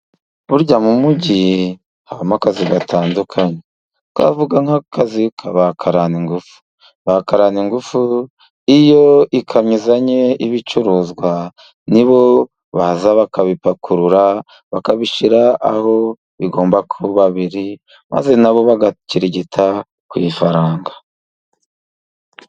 Burya mu mugi habamo akazi gatandukanye, twavuga nk'akazi kabakaraningufu bakaraningufu iyo ikamyo izanye ibicuruzwa nibo baza bakabipakurura bakabishyira aho bigomba kuba biri maze nabo bagakirigita ku ifaranga.